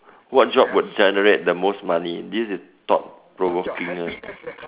what job would generate the most money this is thought provoking